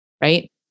Right